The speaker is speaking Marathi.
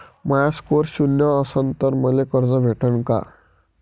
माया स्कोर शून्य असन तर मले कर्ज भेटन का?